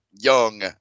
young